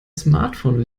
smartphone